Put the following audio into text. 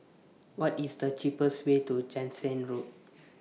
What IS The cheapest Way to Jansen Road